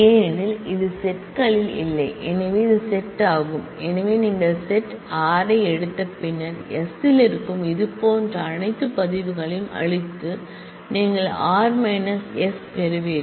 ஏனெனில் இது செட் களில் இல்லை எனவே இது செட் ஆகும் எனவே நீங்கள் செட் r ஐ எடுத்து பின்னர் s இல் இருக்கும் இது போன்ற அனைத்து ரெக்கார்ட் களையும் அழித்து நீங்கள் r s பெறுவீர்கள்